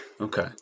Okay